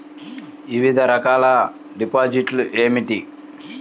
వివిధ రకాల డిపాజిట్లు ఏమిటీ?